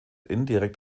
indirekt